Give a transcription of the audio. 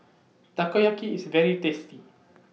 Takoyaki IS very tasty